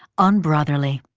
unbrotherly,